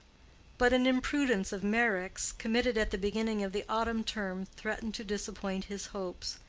but an imprudence of meyrick's, committed at the beginning of the autumn term, threatened to disappoint his hopes.